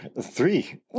three